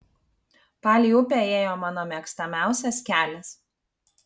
palei upę ėjo mano mėgstamiausias kelias